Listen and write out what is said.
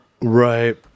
right